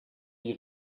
die